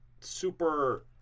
super